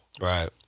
right